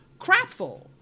crapful